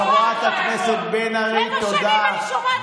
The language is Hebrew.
שבע שנים אני שומעת את השטויות האלה כבר.